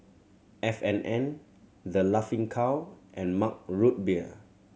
F and N The Laughing Cow and Mug Root Beer